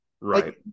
Right